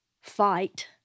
fight